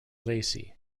lacey